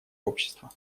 общество